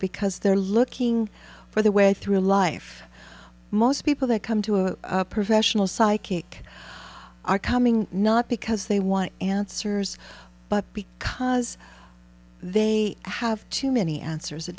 because they're looking for their way through life most people that come to a professional psychic are coming not because they want answers but because they have too many answers it